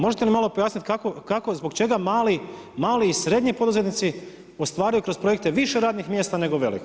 Možete mi malo pojasniti, kako zbog čega mali i srednji poduzetnici ostvaruju kroz projekte više radnih mjesta ili veliki?